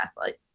athlete